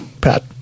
Pat